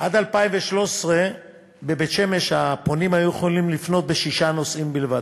עד 2013 הפונים היו יכולים לפנות בשישה נושאים בלבד,